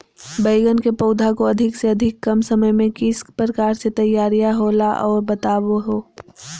बैगन के पौधा को अधिक से अधिक कम समय में किस प्रकार से तैयारियां होला औ बताबो है?